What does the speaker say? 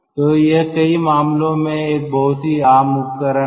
तो यह कई मामलों में एक बहुत ही आम उपकरण है